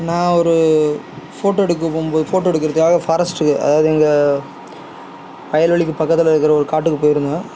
நான் ஒரு ஃபோட்டோ எடுக்க போகும்போ ஃபோட்டோ எடுக்கிறதுக்காக ஃபாரஸ்ட்டுக்கு அதாவது எங்கள் வயல்வெளிக்குப் பக்கத்தில் இருக்கிற ஒரு காட்டுக்குப் போயிருந்தேன்